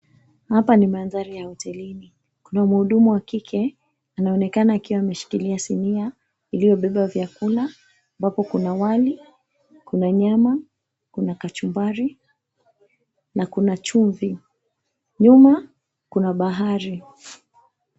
Hapa ni mandhari ya hotelini. Kuna mhudumu wa kike, anayeonekana akiwa ameshikilia sinia iliyobeba vyakula ambapo kuna wali, kuna nyama, kuna kachumbari, na kuna chumvi. Nyuma kuna bahari.